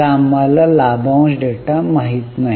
तर आम्हाला लाभांश डेटा माहित नाही